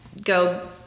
go